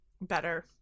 better